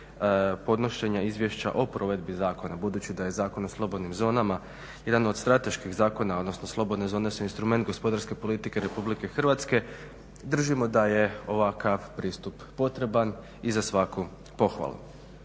podnošenja Izvješća o provedbi zakona. Budući da je Zakon o slobodnim zonama jedan od strateških zakona, odnosno slobodne zone su instrument gospodarske politike RH držimo da je ovakav pristup potreban i za svaku pohvalu.